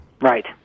Right